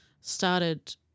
Started